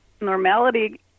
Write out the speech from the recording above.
Normality